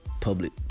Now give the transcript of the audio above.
public